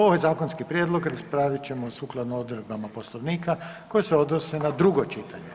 Ovaj zakonski prijedlog raspravit ćemo sukladno odredbama Poslovnika koje se odnose na drugo čitanje.